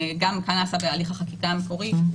גם כך נעשה בהליך החקיקה המקורי,